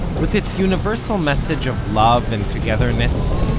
with its universal message of love and togetherness,